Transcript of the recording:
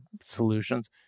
solutions